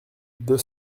deux